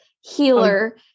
healer